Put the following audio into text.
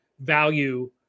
value